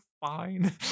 fine